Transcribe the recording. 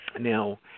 Now